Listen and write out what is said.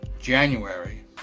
January